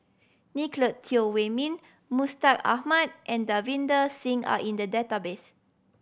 Nicolette Teo Wei Min Mustaq Ahmad and Davinder Singh are in the database